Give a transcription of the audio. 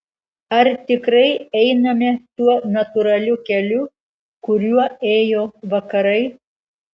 ar tikrai einame tuo natūraliu keliu kuriuo ėjo vakarai